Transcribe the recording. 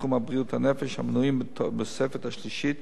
בתחום בריאות הנפש המנויים בתוספת השלישית,